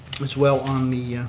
as well on the